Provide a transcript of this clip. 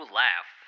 laugh